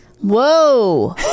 Whoa